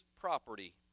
property